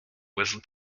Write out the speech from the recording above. was